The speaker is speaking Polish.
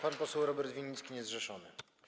Pan poseł Robert Winnicki, niezrzeszony.